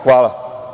Hvala.